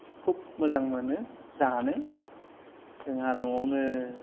खुब मोजां मोनो जानो जोंहा न'आवनो